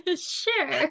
Sure